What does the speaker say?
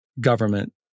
government